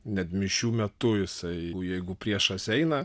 net mišių metu jisai jeigu priešas eina